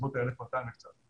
בסביבות ה-1,240 שקלים.